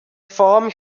form